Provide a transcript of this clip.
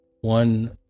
One